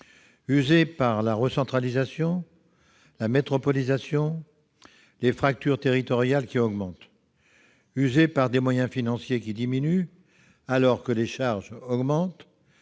usés par la recentralisation, la métropolisation, les fractures territoriales qui augmentent. Ils sont usés par des moyens financiers qui diminuent alors que les charges augmentent.